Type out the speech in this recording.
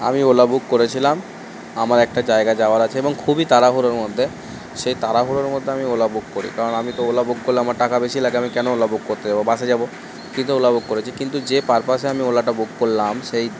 আমি Ola book করেছিলাম আমার একটা জায়গা যাওয়ার আছে এবং খুবই তাড়াহুড়োর মধ্যে সেই তাড়াহুড়োর মধ্যে আমি ওলা বুক করি কারণ আমি তো ওলা বুক করলে আমার টাকা বেশি লাগে আমি কেন ওলা বুক করতে যাবো বাসে যাবো কিন্তু ওলা বুক করেছি কিন্তু যে পারপাসে আমি ওলাটা বুক করলাম সেই